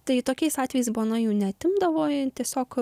tai tokiais atvejais bona jų neatimdavo tiesiog